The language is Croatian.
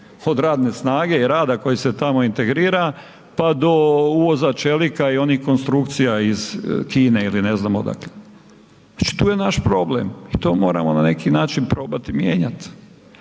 od radne snage i rada koji se tamo integrira pa do uvoza čelika i onih konstrukcija iz Kine ili ne znam odakle. Znači tu je naš problem i to moramo na neki način probati mijenjati.